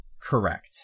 Correct